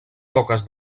poques